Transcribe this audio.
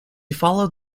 followed